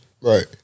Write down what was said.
Right